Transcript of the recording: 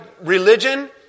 religion